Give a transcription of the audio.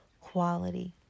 quality